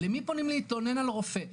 למי פונים להתלונן על רופא?